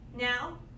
now